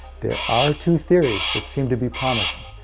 there are two theories that seem to be promising,